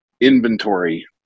inventory